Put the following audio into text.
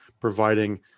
providing